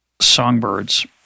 songbirds